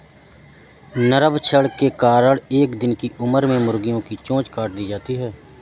नरभक्षण के कारण एक दिन की उम्र में मुर्गियां की चोंच काट दी जाती हैं